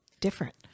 different